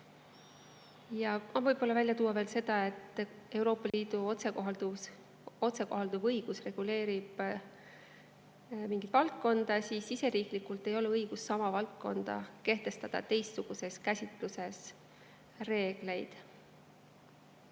tasub välja tuua veel see, et kui Euroopa Liidu otsekohalduv õigus reguleerib mingit valdkonda, siis riigisiseselt ei ole õigust samas valdkonnas kehtestada teistsuguse käsitlusega reegleid.